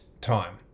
time